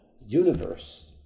universe